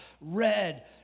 red